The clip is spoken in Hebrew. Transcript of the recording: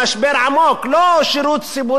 לא שירות ציבורי שפוגעים בו,